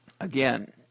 again